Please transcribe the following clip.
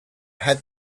had